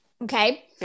Okay